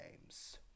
games